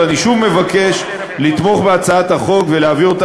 ואני שוב מבקש לתמוך בהצעת החוק ולהעביר אותה